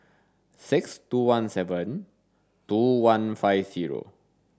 six two one seven two one five zero